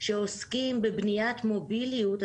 שעוסקים בבניית מוביליות,